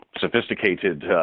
sophisticated